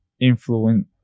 influence